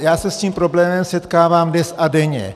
Já se s tím problémem setkávám dnes a denně.